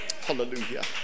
Hallelujah